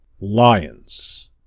Lions